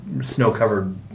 snow-covered